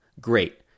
Great